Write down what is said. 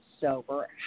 sober